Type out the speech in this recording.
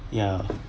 ya